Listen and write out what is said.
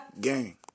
Gang